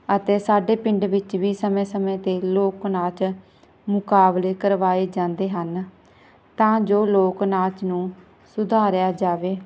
ਅਤੇ ਸਾਡੇ ਪਿੰਡ ਵਿੱਚ ਵੀ ਸਮੇਂ ਸਮੇਂ 'ਤੇ ਲੋਕ ਨਾਚ ਮੁਕਾਬਲੇ ਕਰਵਾਏ ਜਾਂਦੇ ਹਨ ਤਾਂ ਜੋ ਲੋਕ ਨਾਚ ਨੂੰ ਸੁਧਾਰਿਆ ਜਾਵੇ